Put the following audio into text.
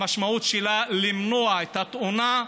המשמעות שלה, למנוע את התאונה,